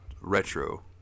retro